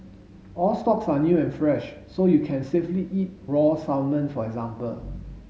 all stocks are new and fresh so you can safely eat raw salmon for example